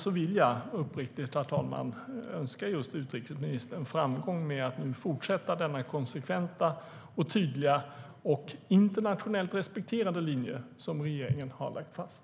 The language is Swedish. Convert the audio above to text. Jag vill därför uppriktigt önska utrikesministern framgång med att nu fortsätta denna konsekventa, tydliga och internationellt respekterade linje som regeringen har lagt fast.